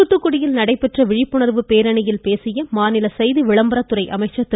தூத்துக்குடியில் நடைபெற்ற விழிப்புணர்வு பேரணியில் பேசிய மாநில செய்தி விளம்பரத்துறை அமைச்சர் திரு